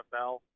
NFL